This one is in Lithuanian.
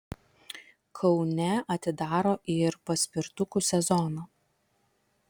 kaune atidaro ir paspirtukų sezoną